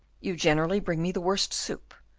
you generally bring me the worst soup,